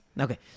Okay